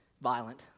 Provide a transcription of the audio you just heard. violent